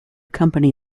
company